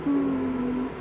mmhmm